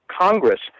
Congress